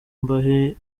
mbahe